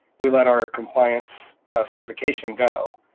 we let our compliance certification go.